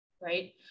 right